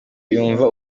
yumvaga